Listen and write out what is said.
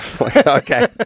Okay